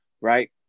right